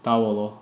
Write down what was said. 打我咯